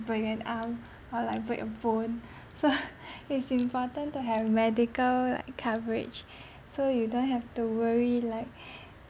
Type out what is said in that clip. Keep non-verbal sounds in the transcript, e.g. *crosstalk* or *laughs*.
break an arm or like break a bone so *laughs* it's important to have medical like coverage so you don't have to worry like